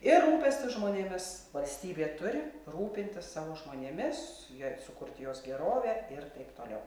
ir rūpestis žmonėmis valstybė turi rūpintis savo žmonėmis joj sukurti jos gerovę ir taip toliau